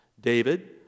David